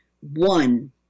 one